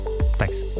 Thanks